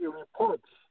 reports